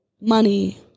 money